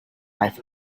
life